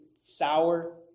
sour